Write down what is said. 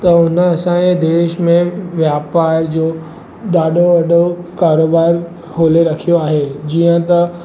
त हुन असांजे देश में वापार जो ॾाढो वॾो कारोबार खोले रखियो आहे जीअं त